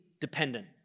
dependent